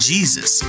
Jesus